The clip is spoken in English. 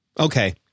Okay